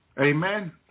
Amen